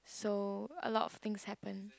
so a lot of thing happened